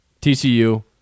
TCU